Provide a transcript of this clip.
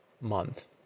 month